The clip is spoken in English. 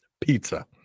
pizza